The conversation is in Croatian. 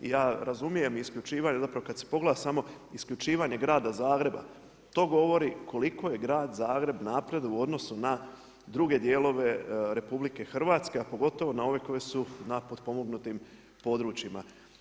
I ja razumijem isključivanje zapravo kad se pogleda samo isključivanje grada Zagreba, to govori koliko je grad Zagreb napredovao u odnosu na druge dijelove RH a pogotovo na ove koje su na potpomognutim područjima.